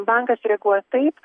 bankas reaguoja taip